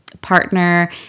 partner